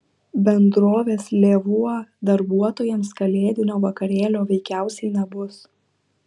bendrovės lėvuo darbuotojams kalėdinio vakarėlio veikiausiai nebus